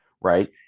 right